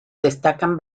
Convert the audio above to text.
destacan